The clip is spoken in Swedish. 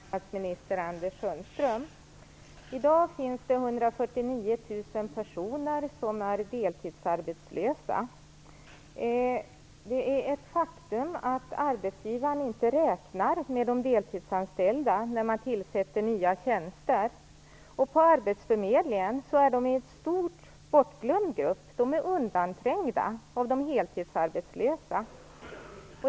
Fru talman! Jag vill ställa en fråga till arbetsmarknadsminister Anders Sundström. I dag finns 149 000 personer som är deltidsarbetslösa. Det är ett faktum att arbetsgivarna inte räknar med de deltidsanställda när de tillsätter nya tjänster. På arbetsförmedlingen är de deltidsarbetslösa en stor, bortglömd grupp. De är undanträngda av de heltidsarbetslösa.